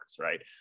right